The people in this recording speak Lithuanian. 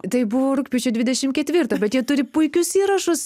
tai buvo rugpjūčio dvidešim ketvirtą bet jie turi puikius įrašus